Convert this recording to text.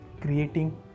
creating